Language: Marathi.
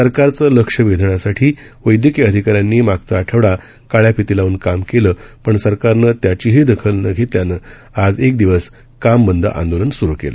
सरकारचे लक्ष वेधण्यासाठी वैद्यकीय अधिकाऱ्यांनी मागचा आठवडा काळ्या फिती लावून काम केलं पण सरकारनं त्याचीही दखल न घेतल्यान आज एक दिवस काम बंद आंदोलन स्रू केलं